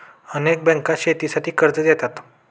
अनेक बँका शेतीसाठी कर्ज देतात